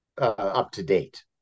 up-to-date